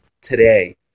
today